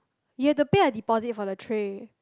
you have to pay a deposit for the tray